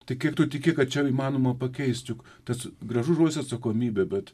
tai kiek tu tiki kad čia įmanoma pakeist juk tas gražus žodis atsakomybė bet